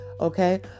Okay